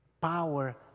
power